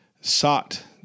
sought